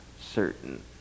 certain